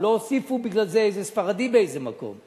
לא הוסיפו בגלל זה איזה ספרדי באיזה מקום.